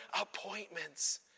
appointments